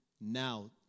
now